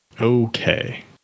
Okay